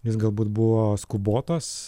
jis galbūt buvo skubotas